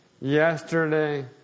yesterday